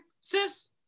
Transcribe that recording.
sis